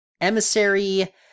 Emissary